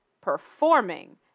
performing